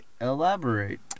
elaborate